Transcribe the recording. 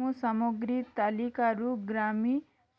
ମୋ ସାମଗ୍ରୀ ତାଲିକାରୁ ଗ୍ରାମି